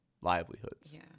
livelihoods